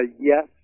yes